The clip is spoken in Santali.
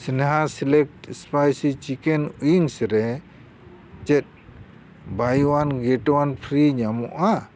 ᱥᱱᱮᱦᱟ ᱥᱤᱞᱮᱠᱴ ᱥᱯᱟᱭᱥᱤ ᱪᱤᱠᱮᱱ ᱩᱭᱤᱝᱜᱥ ᱨᱮ ᱪᱮᱫ buy one get one free ᱧᱟᱢᱚᱜᱼᱟ